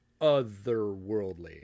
otherworldly